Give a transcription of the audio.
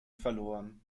verloren